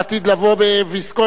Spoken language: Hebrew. בעתיד לבוא בוויסקונסין,